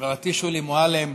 חברתי שולי מועלם,